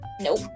Nope